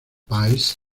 pies